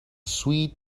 sweet